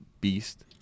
beast